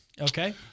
Okay